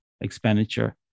expenditure